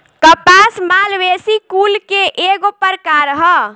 कपास मालवेसी कुल के एगो प्रकार ह